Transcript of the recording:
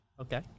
Okay